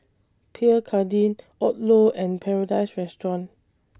Pierre Cardin Odlo and Paradise Restaurant